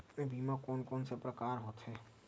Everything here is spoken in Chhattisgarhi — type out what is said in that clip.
बीमा कोन कोन से प्रकार के होथे?